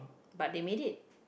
but they make it